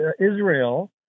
Israel